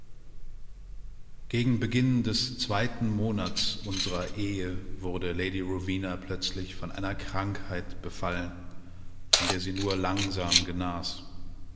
gegen beginn des zweiten monats unsrer ehe wurde lady rowena plötzlich von einer krankheit befallen von der sie nur langsam genas